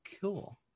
Cool